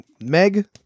Meg